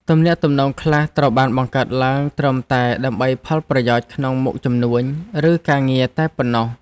ទំនាក់ទំនងខ្លះត្រូវបានបង្កើតឡើងត្រឹមតែដើម្បីផលប្រយោជន៍ក្នុងមុខជំនួញ ឬការងារតែប៉ុណ្ណោះ។